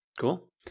Cool